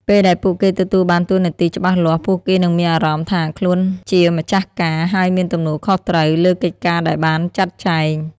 ពេលដែលពួកគេទទួលបានតួនាទីច្បាស់លាស់ ពួកគេនឹងមានអារម្មណ៍ថាខ្លួនជា ម្ចាស់ការ ហើយមាន ទំនួលខុសត្រូវ លើកិច្ចការដែលបានចាត់ចែង។